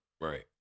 Right